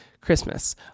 Christmas